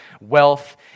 wealth